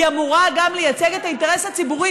היא אמורה גם לייצג את האינטרס הציבורי